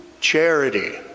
charity